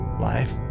life